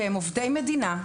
והם עובדי מדינה,